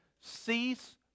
cease